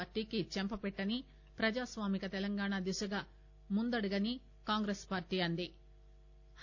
పార్టీకి చెంపపెట్టని ప్రజాస్వామిక తెలంగాణ దిశగా ముందడుగని కాంగ్రెస్పార్టీ అన్న ది